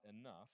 enough